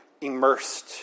immersed